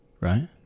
right